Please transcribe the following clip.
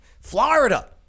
Florida